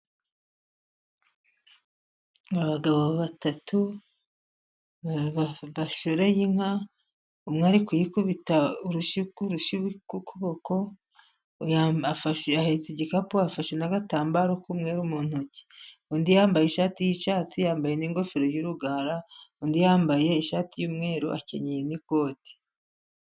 Abagabo batatu bashoreye inka. Umwe ari kuyikubita urushyi ku rushyi rw'ukuboko, afashe ahetse igikapu afashe n' agatambaro k'umweru mu ntoki. Undi yambaye ishati y'icyatsi yambaye n'ingofero y'urugara, undi yambaye ishati y'umweru akenyeye n'ikoti.